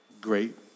Great